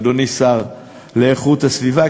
אדוני השר להגנת הסביבה,